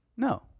No